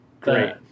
Great